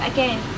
Again